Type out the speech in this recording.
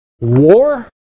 War